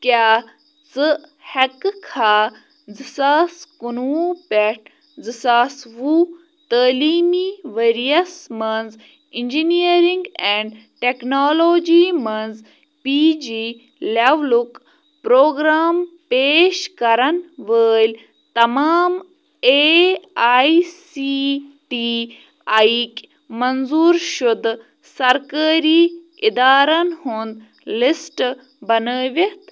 کیٛاہ ژٕ ہٮ۪کہٕ کھا زٕ ساس کُنہٕ وُہ پٮ۪ٹھ زٕ ساس وُہ تٲلیٖمی ؤریَس منٛز اِنجِنیرِنٛگ اینٛڈ ٹٮ۪کنالوجی منٛز پی جی لٮ۪ولُک پروگرام پیش کَرَن وٲلۍ تمام A I C T E یِکۍ منظوٗر شُدٕ سرکٲری اِدارَن ہُنٛد لِسٹ بنٲوِتھ